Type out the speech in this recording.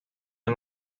han